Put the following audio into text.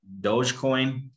Dogecoin